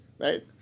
Right